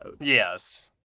yes